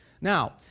Now